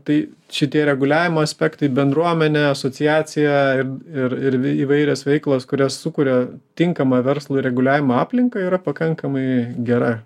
tai šitie reguliavimo aspektai bendruomenė asociacija ir ir įvairios veiklos kurios sukuria tinkamą verslui reguliavimo aplinką yra pakankamai gera